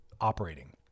operating